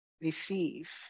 Receive